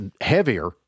heavier